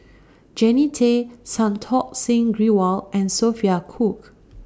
Jannie Tay Santokh Singh Grewal and Sophia Cooke